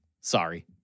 Sorry